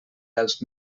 dels